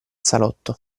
salotto